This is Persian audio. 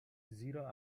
زیرا